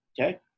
Okay